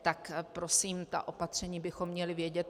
Tak prosím, ta opatření bychom měli vědět.